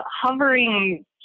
hovering